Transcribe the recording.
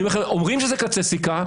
אומרים שזה קצה סיכה,